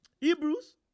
Hebrews